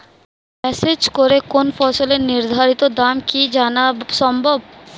Message করে কোন ফসলের নির্ধারিত দাম কি জানা সম্ভব?